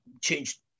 changed